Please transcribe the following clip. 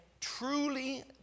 truly